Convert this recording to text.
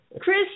Chris